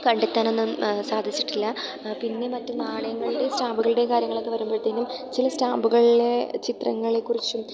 കണ്ടെത്താനൊന്നും സാധിച്ചിട്ടില്ല പിന്നെ മറ്റ് നാണയങ്ങളുടെയും സ്റ്റാമ്പ്കളുടെയും കാര്യങ്ങളൊക്കെ വരുമ്പോഴത്തേനും ചില സ്റ്റാമ്പുകളിലെ ചിത്രങ്ങളെക്കുറിച്ചും